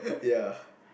ya